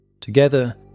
Together